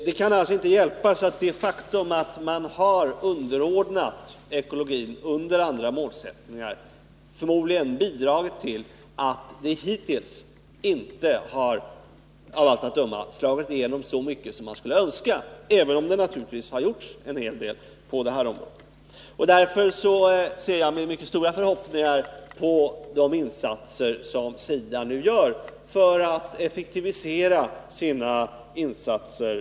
Det kan alltså inte hjälpas att det faktum att man har underordnat de ekologiska målsättningarna andra målsättningar har bidragit till att ansträngningarna hittills, av allt att döma, inte har slagit igenom så mycket som man skulle ha önskat, även om det naturligtvis har gjorts en hel del på det här området. Därför ser jag med mycket stora förhoppningar på de ansträngningar som SIDA nu gör för att effektivisera sina miljöinsatser.